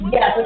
Yes